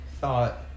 thought